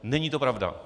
Není to pravda!